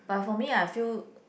but for me I feel